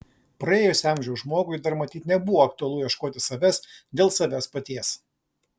praėjusio amžiaus žmogui dar matyt nebuvo aktualu ieškoti savęs dėl savęs paties